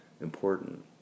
important